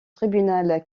tribunal